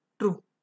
True